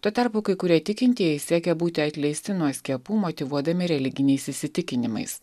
tuo tarpu kai kurie tikintieji siekia būti atleisti nuo skiepų motyvuodami religiniais įsitikinimais